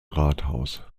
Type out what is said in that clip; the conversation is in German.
rathaus